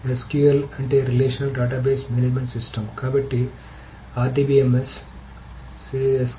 SQL అంటే relational database management system కాబట్టి RDBMS